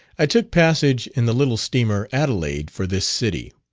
i took passage in the little steamer adelaide for this city.